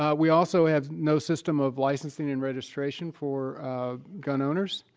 um we also have no system of licensing and registration for gun owners.